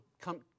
come